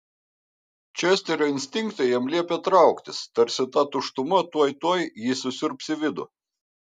česterio instinktai jam liepė trauktis tarsi ta tuštuma tuoj tuoj jį susiurbs į vidų